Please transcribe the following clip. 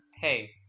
hey